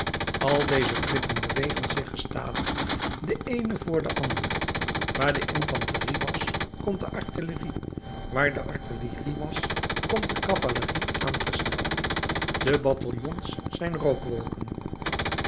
al deze klippen bewegen zich gestadig de eene voor de andere waar de infanterie was komt de artillerie waar de artillerie was komt de cavalerie aangesneld de bataljons zijn